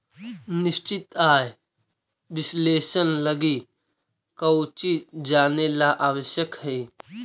निश्चित आय विश्लेषण लगी कउची जानेला आवश्यक हइ?